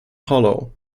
hollow